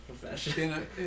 profession